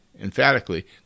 emphatically